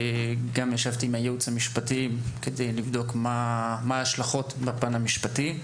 וישבתי גם עם הייעוץ המשפטי כדי לבדוק את ההשלכות בפן המשפטי.